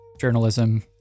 journalism